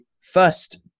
first